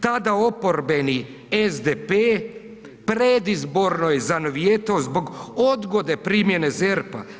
Tada oporbeni SDP predizborno je zanovijetao zbog odgode primjene ZERP-a.